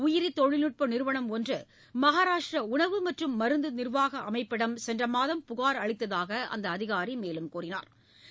உயிரி தொழில்நுட்ப நிறுவனம் ஒன்று மகாராஷ்டிரா உணவு மருந்து நிர்வாக அமைப்பிடம் சென்ற மாதம் புகாா் அளித்ததாக அந்த அதிகாரி தெரிவித்தாா்